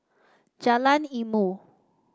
Jalan Ilmu